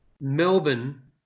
Melbourne